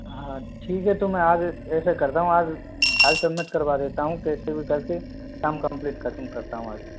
हाँ ठीक है तो मैं आज ऐसा करता हूँ आज आज सबमिट करवा देता हूँ कैसे भी करके काम कम्पलीट ख़त्म करता हूँ आज